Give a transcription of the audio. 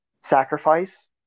sacrifice